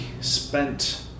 spent